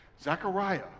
Zechariah